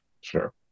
Sure